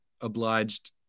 obliged